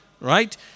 Right